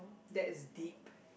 that is deep